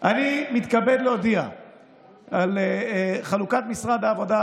אני מתכבד להודיע על חלוקת משרד העבודה,